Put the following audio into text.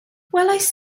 welaist